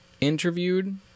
interviewed